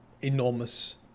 enormous